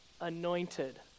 anointed